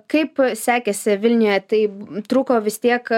kaip sekėsi vilniuje tai trūko vis tiek